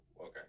Okay